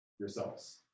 Yourselves